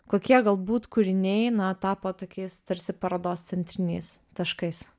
kokie galbūt kūriniai na tapo tokiais tarsi parodos centriniais taškais